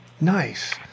Nice